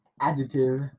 Adjective